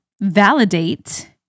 validate